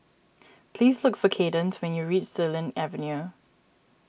please look for Kaydence when you reach Xilin Avenue